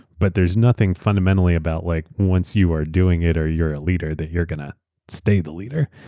but there's nothing fundamentally about like once you are doing it or you're a leader that you're gonna stay the leader.